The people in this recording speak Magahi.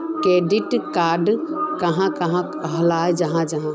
क्रेडिट कार्ड कहाक कहाल जाहा जाहा?